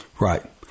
Right